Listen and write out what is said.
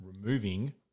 removing